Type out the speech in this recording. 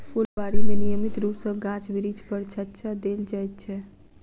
फूलबाड़ी मे नियमित रूप सॅ गाछ बिरिछ पर छङच्चा देल जाइत छै